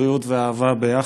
בריאות ואהבה יחד.